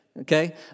okay